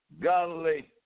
Godly